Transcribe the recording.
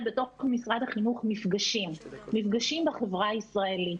בתוך משרד החינוך "מפגשים בחברה הישראלית",